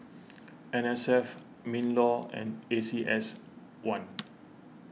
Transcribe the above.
N S F MinLaw and A C S one